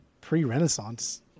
pre-Renaissance